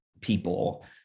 people